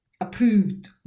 approved